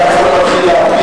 אתה מתחיל להטריד,